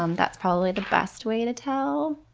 um that's probably the best way to tell.